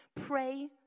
Pray